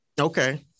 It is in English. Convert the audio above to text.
Okay